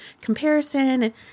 comparison